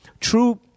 True